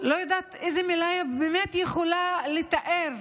לא יודעת איזו מילה באמת יכולה לתאר